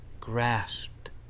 grasped